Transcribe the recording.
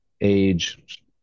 age